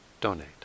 donate